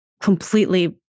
completely